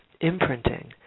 imprinting